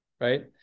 right